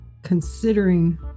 Considering